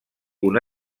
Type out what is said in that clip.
una